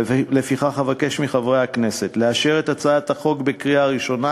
לפיכך אבקש מחברי הכנסת לאשר את הצעת החוק בקריאה ראשונה